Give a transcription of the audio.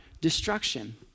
destruction